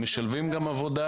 הם משלבים גם עבודה.